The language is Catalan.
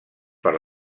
per